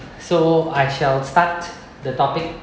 so I shall start the topic